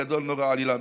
אל גדול נורא עלילה.